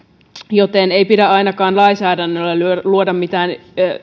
joten ei pidä ainakaan lainsäädännöllä luoda mitään